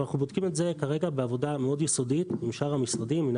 אנחנו בודקים את זה בעבודה יסודית מאוד עם שאר המשרדים,